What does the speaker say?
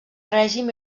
règim